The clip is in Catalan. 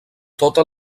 tota